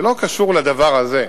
זה לא קשור לדבר הזה.